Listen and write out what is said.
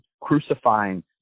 crucifying